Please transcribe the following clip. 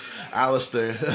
Alistair